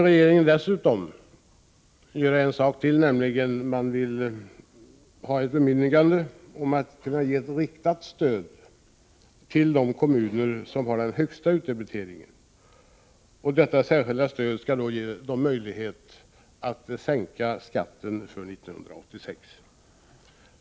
Regeringen vill vidare få ett bemyndigande att ge ett riktat stöd till de kommuner som har den högsta utdebiteringen. Detta särskilda stöd skall ge dem möjlighet att sänka skatten för 1986.